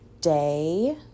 Day